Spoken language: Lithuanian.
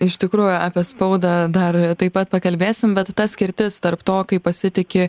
iš tikrųjų apie spaudą dar taip pat pakalbėsim bet ta skirtis tarp to kaip pasitiki